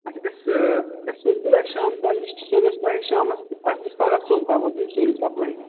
اچھا أسۍ أسی سوزَو تیٚلہِ شام تام لِشٹ سوزَو أسۍ تۄہی شام تامَتھ اَسہِ گژھِ پگاہ ژور تامَتھ یِن سورٕے سَپلٕے